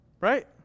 Right